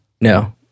No